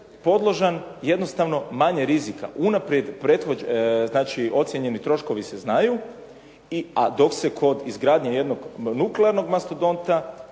podložan jednostavno manje rizika. Znači, ocijenjeni troškovi se znaju a dok se kod izgradnje jednog nuklearnog mastodonta